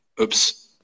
oops